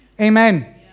Amen